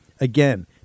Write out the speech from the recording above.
Again